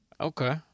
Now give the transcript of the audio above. Okay